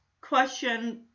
question